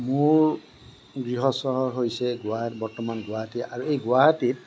মোৰ গৃহ চহৰ হৈছে গুৱাহ বৰ্তমান গুৱাহাটী আৰু এই গুৱাহাটীত